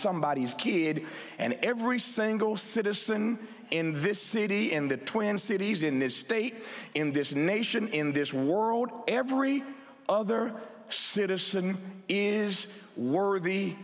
somebody who's kid and every single citizen in this city in the twin cities in this state in this nation in this world every other citizen is worthy